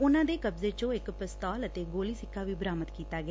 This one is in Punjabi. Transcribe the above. ਉਨੂਾ ਦੇ ਕਬਜੇ ਚੋ ਇਕ ਪਿਸਤੌਲ ਅਤੇ ਗੋਲੀ ਸਿੱਕਾ ਵੀ ਬਰਾਮਦ ਕੀਤਾ ਗਿਆ